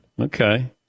Okay